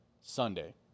Sunday